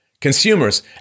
consumers